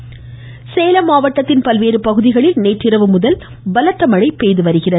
சேலம் மனுழ சேலம் மாவட்டத்தின் பல்வேறு பகுதிகளில் நேற்றிரவுமுதல் பலத்த மழை பெய்துவருகிறது